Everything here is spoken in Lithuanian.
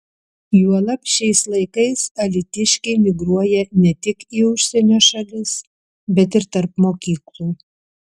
juolab šiais laikais alytiškiai migruoja ne tik į užsienio šalis bet ir tarp mokyklų